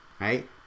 Right